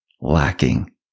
lacking